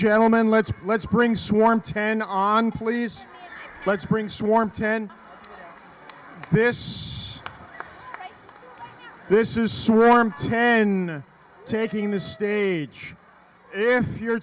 gentlemen let's let's bring swarm ten on please let's bring swarm ten this this is so warm ten taking the stage it is your